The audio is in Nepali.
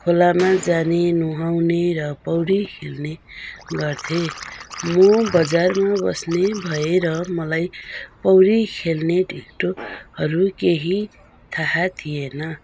खोलामा जाने नुहाउने र पौडी खेल्ने गर्थ्ये म बजारमा बस्ने भएर मलाई पौडी खेल्ने ढिट्टोहरू केही थाह थिएन